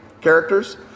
characters